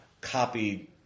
copied